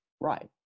Right